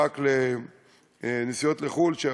לנסיעות לחוץ-לארץ,